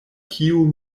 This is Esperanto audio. kiu